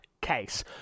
case